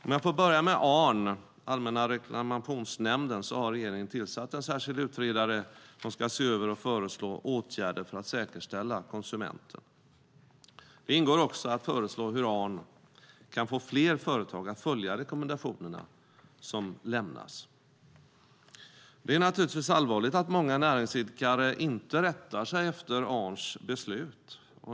Om jag får börja med Arn, Allmänna reklamationsnämnden, så har regeringen tillsatt en särskild utredare som ska se över och föreslå åtgärder för att stärka konsumentens ställning. Det ingår också att föreslå hur Arn kan få fler företag att följa rekommendationerna som lämnas. Det är naturligtvis allvarligt att många näringsidkare inte rättar sig efter Arns beslut.